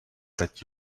that